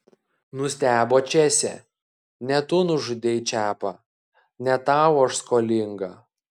nustebo česė ne tu nužudei čepą ne tau aš skolinga